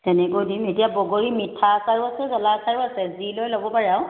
তেনেকৈ দিম এতিয়া বগৰী মিঠা আচাৰো আছে জ্বলা আচাৰো আছে যি লৈ ল'ব পাৰে আৰু